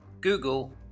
Google